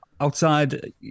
outside